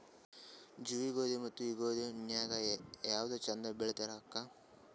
ಜವಿ ಗೋಧಿ ಮತ್ತ ಈ ಗೋಧಿ ನ್ಯಾಗ ಯಾವ್ದು ಛಂದ ಬೆಳಿತದ ಅಕ್ಕಾ?